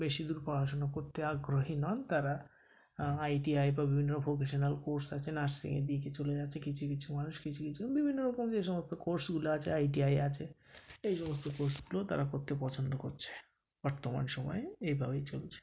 বেশিদূর পড়াশুনো করতে আগ্রহী নন তারা আইটিআই বা বিভিন্ন প্রফেশনাল কোর্স আছে নার্সিংয়ের দিকে চলে যাচ্ছে কিছু কিছু মানুষ কিছু কিছু বিভিন্ন রকম যে সমস্ত কোর্সগুলা আছে আইটিআই আছে এই সমস্ত কোর্সগুলো তারা করতে পছন্দ করছে বর্তমান সময়ে এইভাবেই চলছে